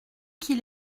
qu’il